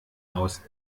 aus